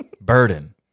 burden